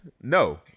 no